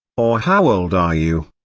or how old are you,